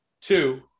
two